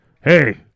Hey